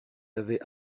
avait